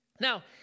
Now